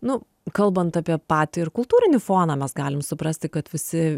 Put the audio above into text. nu kalbant apie patį ir kultūrinį foną mes galim suprasti kad visi